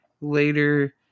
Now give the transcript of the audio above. later